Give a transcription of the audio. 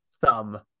thumb